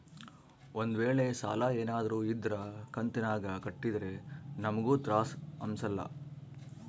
ಒಂದ್ವೇಳೆ ಸಾಲ ಏನಾದ್ರೂ ಇದ್ರ ಕಂತಿನಾಗ ಕಟ್ಟಿದ್ರೆ ನಮ್ಗೂ ತ್ರಾಸ್ ಅಂಸಲ್ಲ